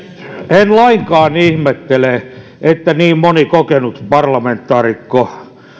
en lainkaan ihmettele että niin moni kokenut parlamentaarikko